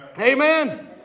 Amen